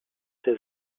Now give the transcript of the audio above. der